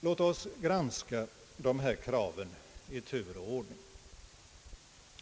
Låt oss granska dessa krav i tur och ordning.